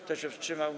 Kto się wstrzymał?